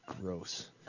gross